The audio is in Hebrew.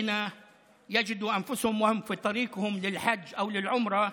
ובייחוד מי שכשהם בדרכם לעלייה לרגל או לעומרה,